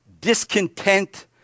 Discontent